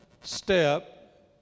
step